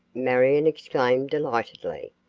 marion exclaimed delightedly.